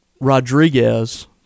Rodriguez